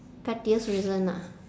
pettiest reason ah